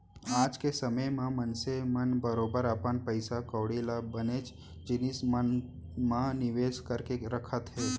आज के समे म मनसे मन बरोबर अपन पइसा कौड़ी ल बनेच जिनिस मन म निवेस करके रखत हें